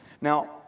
Now